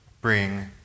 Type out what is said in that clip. bring